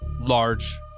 large